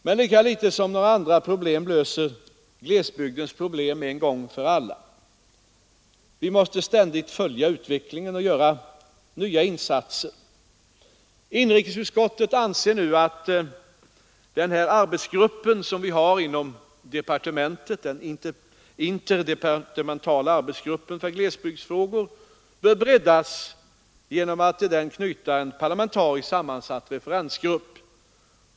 Men lika litet som andra problem löses glesbygdernas problem en gång för alla. Vi måste ständigt följa utvecklingen och göra nya insatser. Inrikesutskottet anser nu att den interdepartementala arbetsgruppen för glesbygdsfrågor bör breddas genom att till den knytes en parlamentariskt sammansatt referensgrupp.